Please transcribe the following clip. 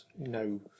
no